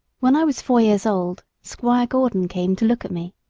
when i was four years old squire gordon came to look at me.